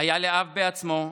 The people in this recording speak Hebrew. והיה לאב בעצמו,